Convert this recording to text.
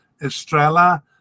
Estrella